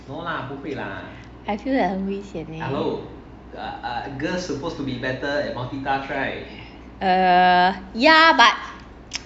I feel like 很危险 leh err ya but